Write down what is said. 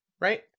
right